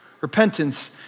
Repentance